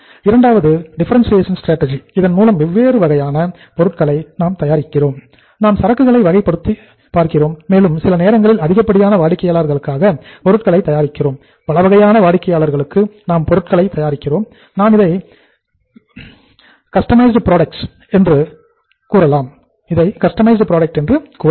இரண்டாவது differentiation strategy தயாரிப்பு என்று கூறலாம்